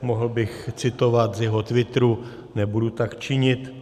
Mohl bych citovat z jeho twitteru, nebudu tak činit.